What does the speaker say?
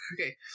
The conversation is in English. Okay